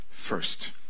first